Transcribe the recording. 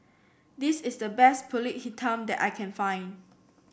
this is the best pulut Hitam that I can find